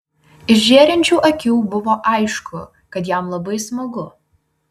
iš žėrinčių akių buvo aišku kad jam labai smagu